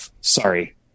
Sorry